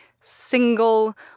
single